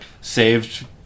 saved